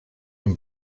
und